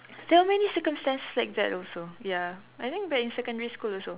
there are many circumstances like that also ya I think back in secondary school also